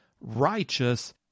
righteous